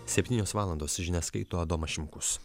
septynios valandos žinias skaito adomas šimkus